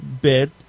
bit